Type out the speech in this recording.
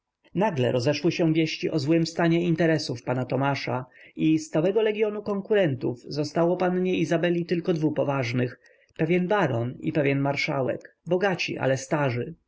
nagle rozeszły się wieści o złym stanie interesów pana tomasza i z całego legionu konkurentów zostało pannie izabeli tylko dwu poważnych pewien baron i pewien marszałek bogaci ale starzy